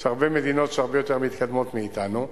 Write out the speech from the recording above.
יש הרבה מדינות שהרבה יותר מתקדמות מאתנו.